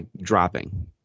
dropping